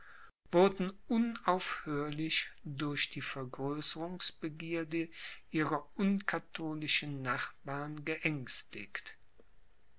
wurden unaufhörlich durch die vergrößerungsbegierde ihrer unkatholischen nachbarn geängstigt